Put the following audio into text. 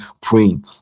praying